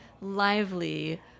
lively